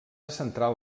central